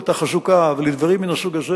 לתחזוקה ולדברים מהסוג הזה,